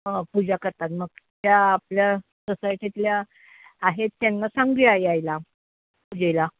हो जा करतात मग त्या आपल्या सोसायटीतल्या आहेत त्यांना सांगू या यायला पूजेला